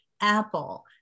Apple